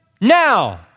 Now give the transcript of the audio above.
Now